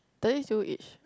does it still itch